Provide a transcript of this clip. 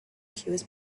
cures